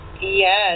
Yes